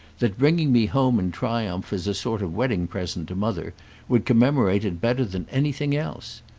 that bringing me home in triumph as a sort of wedding-present to mother would commemorate it better than anything else.